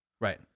Right